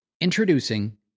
Introducing